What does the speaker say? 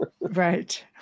Right